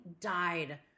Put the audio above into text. died